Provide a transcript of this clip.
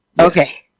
Okay